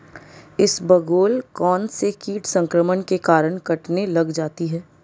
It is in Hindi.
इसबगोल कौनसे कीट संक्रमण के कारण कटने लग जाती है?